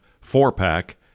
four-pack